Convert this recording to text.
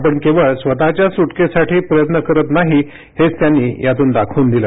आपण केवळ स्वतःच्या सुटकेसाठी प्रयत्न करत नाही हेच त्यांनी यातून दाखवून दिलं